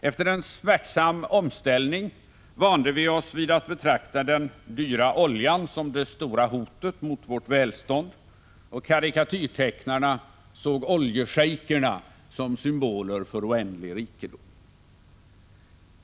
Efter en smärtsam omställning vande vi oss vid att betrakta den dyra oljan som det stora hotet mot vårt välstånd, och karikatyrtecknarna såg ”oljeschejkerna” som symboler för oändlig rikedom.